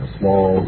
small